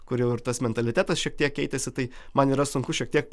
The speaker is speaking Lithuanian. kur jau ir tas mentalitetas šiek tiek keitėsi tai man yra sunku šiek tiek